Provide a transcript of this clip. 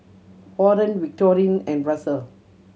Warren Victorine and Russell